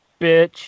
bitch